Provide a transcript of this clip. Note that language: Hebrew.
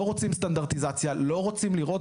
לא רוצים סטנדרטיזציה, לא רוצים לראות.